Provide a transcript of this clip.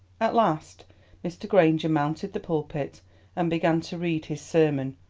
at last mr. granger mounted the pulpit and began to read his sermon,